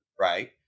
right